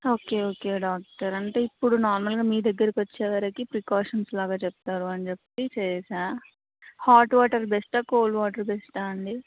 okay okay doctor అంటే ఇప్పుడు నార్మల్గా మీ దగ్గరికి వచ్చే వరకి ప్రికాషన్స్ లాగా చెప్తారు అని చెప్పి చేసాను హాట్ వాటర్ బెస్టా కోల్డ్ వాటర్ బెస్టా అండి